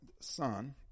son